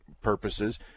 purposes